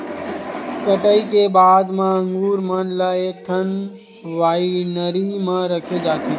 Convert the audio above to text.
कटई के बाद म अंगुर मन ल एकठन वाइनरी म रखे जाथे